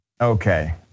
okay